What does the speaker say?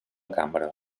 cambra